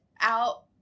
out